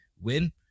win